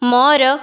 ମୋର